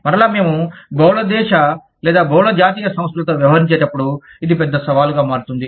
మరలా మేము బహుళ దేశ లేదా బహుళ జాతీయ సంస్థలతో వ్యవహరించేటప్పుడు ఇది పెద్ద సవాలుగా మారుతుంది